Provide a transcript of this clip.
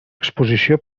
exposició